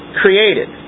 created